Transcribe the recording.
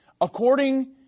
according